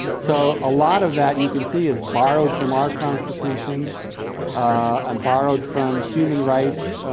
so, a lot of that, you can see, is borrowed from our constitution and borrowed from human rights